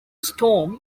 storm